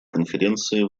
конференции